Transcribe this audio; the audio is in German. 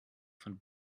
von